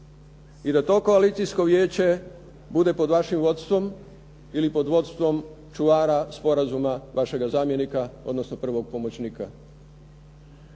i da to koalicijsko vijeće bude pod vašim vodstvom ili pod vodstvom čuvara sporazuma vašega zamjenika odnosno prvog pomoćnika.